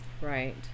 Right